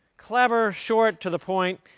clever, short, to the point.